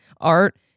art